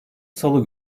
salı